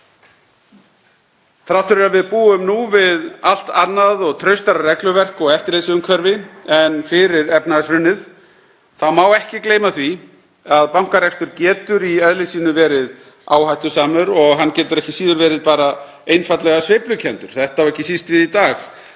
Þrátt fyrir að við búum nú við allt annað og traustara regluverk og eftirlitsumhverfi en fyrir efnahagshrunið þá má ekki gleyma því að bankarekstur getur í eðli sínu verið áhættusamur og hann getur einfaldlega ekki síður verið sveiflukenndur. Þetta á ekki síst við í dag